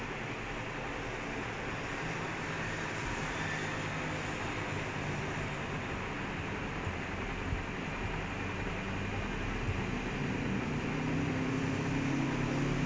if not he shouldn't be you know அவங்க வந்து கூப்பிடுவாங்க:avanga vanthu kooppiduvaanga referee they will come to him to the radio and say you should check this out அது ஆக கூடாதுல:athu aaga koodathula like he should be he shouldn't be influenced by it